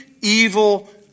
evil